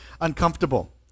uncomfortable